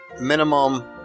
minimum